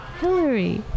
Hillary